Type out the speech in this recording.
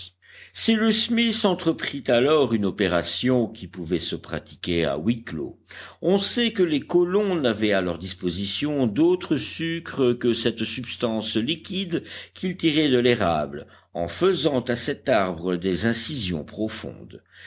cyrus smith entreprit alors une opération qui pouvait se pratiquer à huis clos on sait que les colons n'avaient à leur disposition d'autre sucre que cette substance liquide qu'ils tiraient de l'érable en faisant à cet arbre des incisions profondes